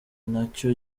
nacyo